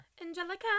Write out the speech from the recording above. angelica